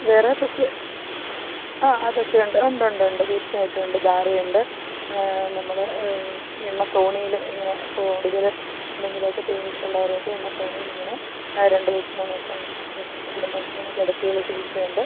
വേറെ ഫ്രഷ് ആ അതൊക്കെയുണ്ട് ഉണ്ടുണ്ടുണ്ട് തീർച്ചയായിട്ടുമുണ്ട് ധാരയുണ്ട് നമ്മൾ എണ്ണത്തോണീൽ ഇങ്ങനെ കൂടുതൽ എന്തെങ്കിലൊക്കെ പെയിൻസുള്ളവരെയൊക്കെ എണ്ണത്തോണീലിങ്ങനെ ആ രണ്ട് ദിവസം മൂന്ന് ദിവസം കൂടുമ്പം ഇങ്ങനെ കിടത്തിയുള്ള ചികിത്സയുണ്ട്